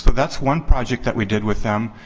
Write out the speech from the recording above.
but that's one project that we did with them.